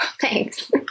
Thanks